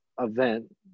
event